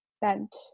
bent